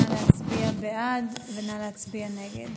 נא להצביע, בעד ונגד.